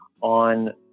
on